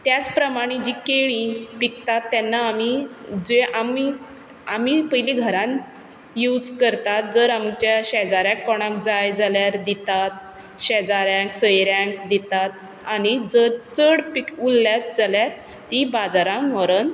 त्याच प्रमाणी जीं केळीं पिकतात तेन्ना आमी आमी आमी पयलीं घरांत यूज करतात जर आमच्या शेजाऱ्याक कोणाक जाय जाल्यार दितात शेजाऱ्यांक सोयऱ्यांक दितात आनी जर चड उरल्यांत जाल्यार तीं बाजारांत व्हरोन